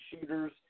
shooters